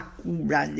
cura